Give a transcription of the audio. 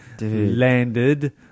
landed